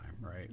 Right